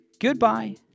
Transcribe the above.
goodbye